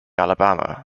alabama